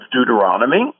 Deuteronomy